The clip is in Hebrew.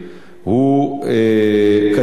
זה היה בעבר.